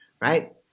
right